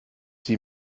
sie